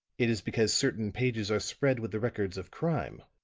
it is because certain pages are spread with the records of crime.